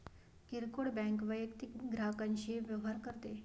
किरकोळ बँक वैयक्तिक ग्राहकांशी व्यवहार करते